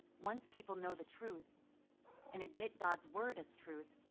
once people know the truth and admit god's word as truth,